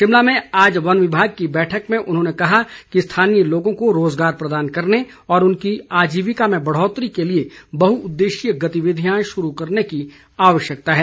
शिमला में आज वन विभाग की बैठक में उन्होंने कहा कि स्थानीय लोगों को रोजगार प्रदान करने और उनकी आजीविका में बढ़ौतरी के लिए बहुद्देशीय गतिविधियां शुरू करने की आवश्यकता है